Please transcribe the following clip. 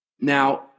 Now